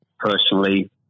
personally